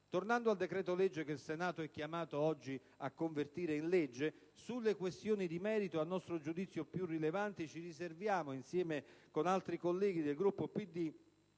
Tornando al decreto-legge che il Senato è chiamato oggi a convertire in legge, sulle questioni di merito a nostro giudizio più rilevanti ci riserviamo, insieme con altri colleghi del Gruppo del